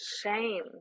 shame